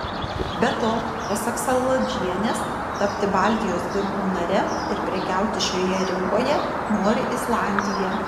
be to pasak saladžienės tapti baltijos biržų nare ir prekiauti šioje rinkoje nori islandija